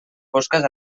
fosques